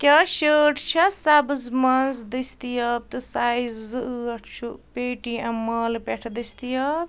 کیٛاہ شٲرٹ چھا سَبٕز منٛز دٔستیاب تہٕ سایز زٕ ٲٹھ چھُ پے ٹی ایٚم مالہٕ پؠٹھ دٔستیاب